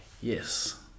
Yes